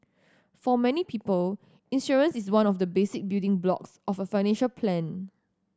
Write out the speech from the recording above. for many people insurance is one of the basic building blocks of a financial plan